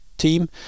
team